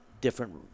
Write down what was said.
different